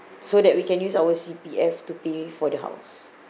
so that we can use our C_P_F to pay for the house